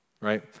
right